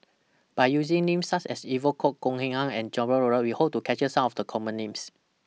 By using Names such as Evon Kow Goh Eng Han and Jacob Ballas We Hope to capture Some of The Common Names